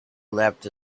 leapt